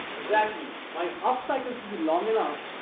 exactly, my half cycle should be long enough